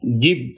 give